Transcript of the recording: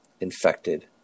infected